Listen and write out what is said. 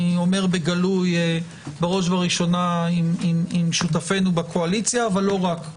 אני אומר בגלוי שבראש וראשונה עם שותפינו בקואליציה אבל לא רק,